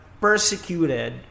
persecuted